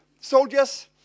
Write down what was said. Soldiers